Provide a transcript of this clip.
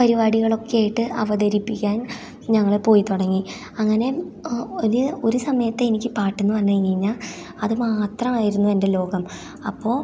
പരിപാടികളൊക്കെയായിട്ട് അവതരിപ്പിക്കാൻ ഞങ്ങൾ പോയിത്തുടങ്ങി അങ്ങനെ ഒരു ഒരു സമയത്ത് എനിക്ക് പാട്ടെന്ന് പറഞ്ഞുകഴിഞ്ഞ് കഴിഞ്ഞാൽ അത് മാത്രമായിരുന്നു എന്റെ ലോകം അപ്പോൾ